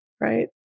right